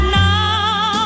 now